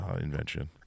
invention